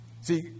See